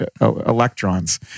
electrons